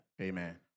Amen